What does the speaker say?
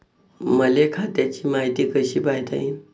मले खात्याची मायती कशी पायता येईन?